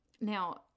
Now